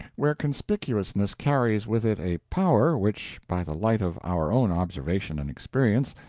where conspicuousness carries with it a power which, by the light of our own observation and experience,